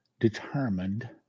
Determined